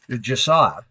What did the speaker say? Josiah